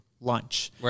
lunch